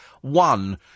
one